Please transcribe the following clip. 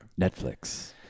Netflix